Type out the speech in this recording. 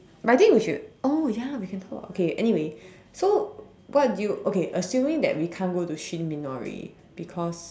but I think we should oh ya we can hold up okay anyway so what do you okay assuming that we can't go to Shin-Minori because